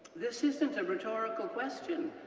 this isn't a rhetorical question,